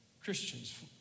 Christians